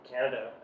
Canada